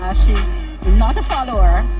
ah she's not a follower,